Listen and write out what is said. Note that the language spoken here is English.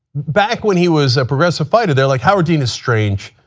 back when he was a progressive fighter, they're like howard dean is strange.